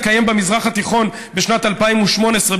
מדינת ישראל יתקיים במזרח התיכון בשנת 2018,